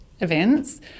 events